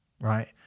right